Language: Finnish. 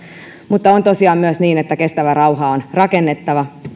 mutta on tosiaan myös niin että kestävää rauhaa on rakennettava